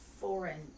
foreign